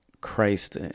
Christ